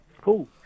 cool